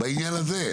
בעניין הזה.